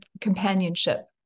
companionship